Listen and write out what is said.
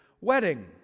wedding